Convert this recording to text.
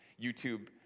YouTube